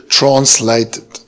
translated